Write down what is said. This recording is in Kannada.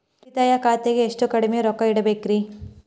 ಉಳಿತಾಯ ಖಾತೆಗೆ ಎಷ್ಟು ಕಡಿಮೆ ರೊಕ್ಕ ಇಡಬೇಕರಿ?